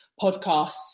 podcasts